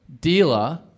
dealer